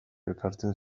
elkartzen